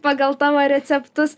pagal tavo receptus